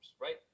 right